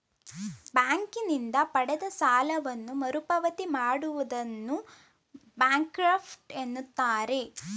ಬ್ಯಾಂಕಿನಿಂದ ಪಡೆದ ಸಾಲವನ್ನು ಮರುಪಾವತಿ ಮಾಡದಿರುವುದನ್ನು ಬ್ಯಾಂಕ್ರಫ್ಟ ಎನ್ನುತ್ತಾರೆ